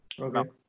Okay